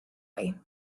way